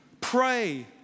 Pray